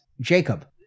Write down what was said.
Jacob